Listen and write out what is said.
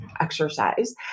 exercise